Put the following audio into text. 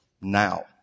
Now